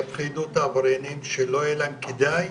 שיפחידו את העבריינים, שלא יהיה להם כדאי